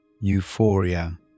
euphoria